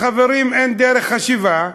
לחברים אין דרך וחשיבה,